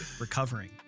recovering